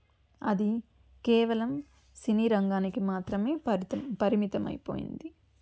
అది కేవలం సినీ రంగానికి మాత్రమే పర్తి పరిమితమైపోయింది